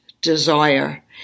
desire